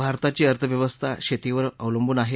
भारताची अर्थव्यवस्था शेतीवर अवलंबून आहे